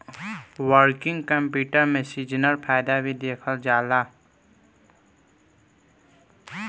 working capital में seasonal फायदा भी देखल जाला